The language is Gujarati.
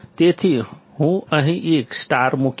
તેથી હું અહીં એક સ્ટાર મુકીશ